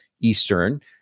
Eastern